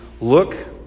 look